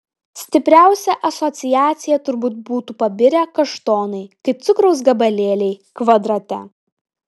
stipriausia asociacija turbūt būtų pabirę kaštonai kaip cukraus gabalėliai kvadrate